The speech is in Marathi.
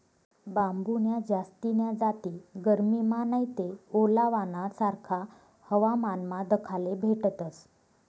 बांबून्या जास्तीन्या जाती गरमीमा नैते ओलावाना सारखा हवामानमा दखाले भेटतस